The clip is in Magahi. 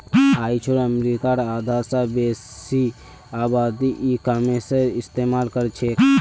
आइझो अमरीकार आधा स बेसी आबादी ई कॉमर्सेर इस्तेमाल करछेक